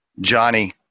Johnny